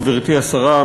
גברתי השרה,